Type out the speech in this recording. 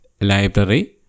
library